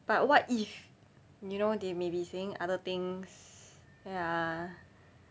but what if you know they maybe saying other things ya